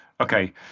okay